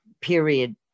period